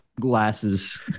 glasses